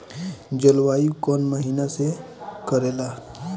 जलवायु कौन महीना में करेला?